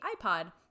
ipod